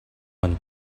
one